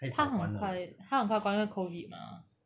他很快他很快关因为那个 COVID 吗